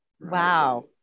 Wow